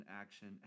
action